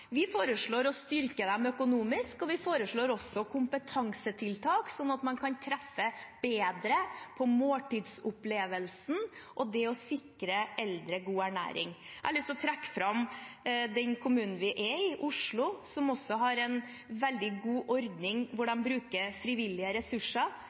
Vi foreslår å styrke dem økonomisk, og vi foreslår også kompetansetiltak slik at man kan treffe bedre på måltidsopplevelsen og det å sikre eldre god ernæring. Jeg har lyst til å trekke fram den kommunen vi er i, Oslo, som har en veldig god ordning hvor